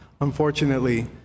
unfortunately